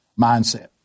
mindset